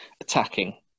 attacking